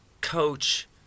coach